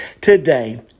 today